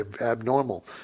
abnormal